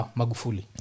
magufuli